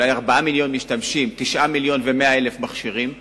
אולי 4 מיליון משתמשים, 9.1 מיליון מכשירים,